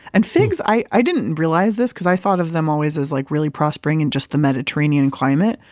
and figs, i i didn't realize this because i thought of them always as like really prospering in just the mediterranean climate,